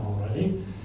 already